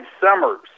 summers